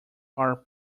are